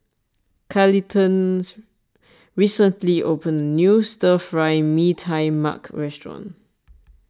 Carleton's recently opened a new Stir Fry Mee Tai Mak restaurant